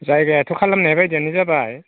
जायगायाथ' खालामनाय बायदियानो जाबाय